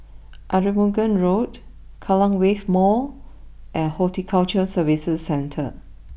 Arumugam Road Kallang Wave Mall and Horticulture Services Centre